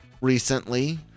recently